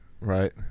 right